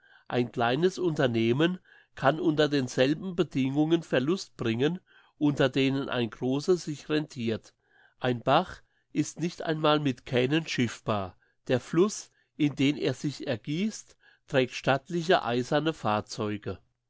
ein kleines unternehmen kann unter denselben bedingungen verlust bringen unter denen ein grosses sich rentirt ein bach ist nicht einmal mit kähnen schiffbar der fluss in den er sich ergiesst trägt stattliche eiserne fahrzeuge